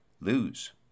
Lose